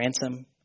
ransom